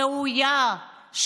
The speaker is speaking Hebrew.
ראויה,